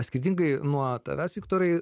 skirtingai nuo tavęs viktorai